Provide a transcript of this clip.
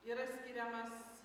yra skiriamas